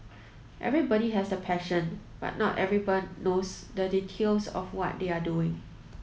everybody has the passion but not everyone knows the details of what they are doing